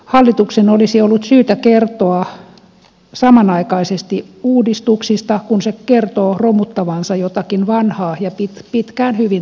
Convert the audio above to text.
hallituksen olisi ollut syytä kertoa samanaikaisesti uudistuksista kun se kertoo romuttavansa jotakin vanhaa ja pitkään hyvin toiminutta